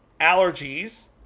Allergies